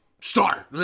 start